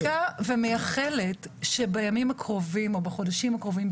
אני מחכה ומייחלת שבימים הקרובים או בחודשים הקרובים,